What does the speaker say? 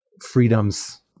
freedoms